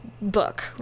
book